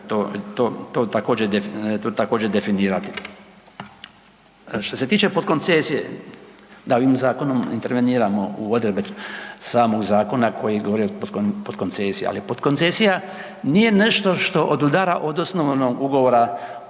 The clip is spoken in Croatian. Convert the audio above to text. to također definirati. Što se tiče potkoncesije da ovim zakonom interveniramo u odredbe samog zakona koji govori o potkoncesiji, ali potkoncesija nije nešto što odudara od osnovnog ugovora i